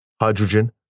hydrogen